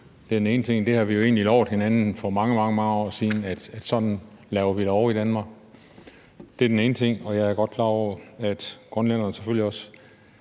Det er den ene ting – og det har vi jo egentlig lovet hinanden for mange, mange år siden, nemlig at sådan laver vi lov i Danmark. Det er den ene ting, og jeg er godt klar over, at grønlænderne selvfølgelig